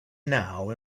now